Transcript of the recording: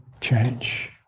change